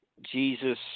Jesus